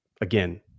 again